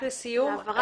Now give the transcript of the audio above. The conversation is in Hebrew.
רק לסיום.